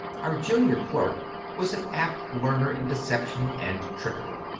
our junior clerk was an apt learner in deception and trickery.